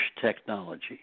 technology